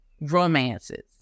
romances